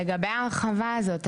לגבי ההרחבה הזאת,